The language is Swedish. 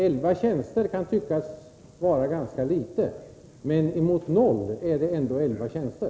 Elva tjänster kan tyckas vara ganska litet, men jämfört med noll är det ändå elva tjänster.